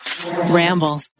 Ramble